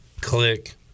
click